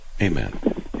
Amen